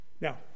Now